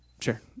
Sure